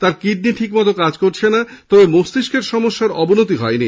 তাঁর কিডনি ঠিক মতো কাজ করছে না তবে মস্তিষ্কের সমস্যার অবনতি হয়নি